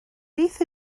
beth